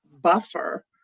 buffer